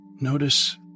notice